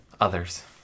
Others